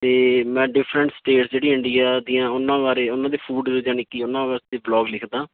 ਅਤੇ ਮੈਂ differents state ਜਿਹੜੀ ਇੰਡੀਆ ਦੀਆਂ ਉਹਨਾਂ ਬਾਰੇ ਉਹਨਾਂ ਦੇ ਫੂਡ ਯਾਨੀ ਕਿ ਉਹਨਾਂ ਵਾਸਤੇ ਬਲੋਗ ਲਿਖਦਾ